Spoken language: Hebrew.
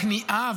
כניעה,